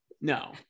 no